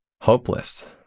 hopeless